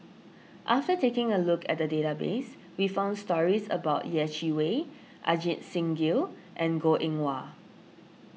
after taking a look at the database we found stories about Yeh Chi Wei Ajit Singh Gill and Goh Eng Wah